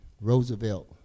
Roosevelt